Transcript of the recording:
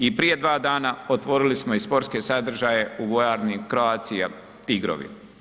I prije 2 dana otvorili smo i sportske sadržaje u vojarni Croatia Tigrovi.